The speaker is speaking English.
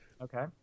Okay